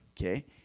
Okay